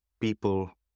people